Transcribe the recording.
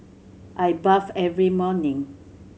I bathe every morning